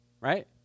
right